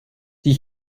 die